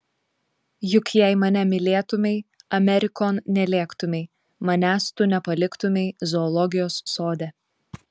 juk jei mane mylėtumei amerikon nelėktumei manęs tu nepaliktumei zoologijos sode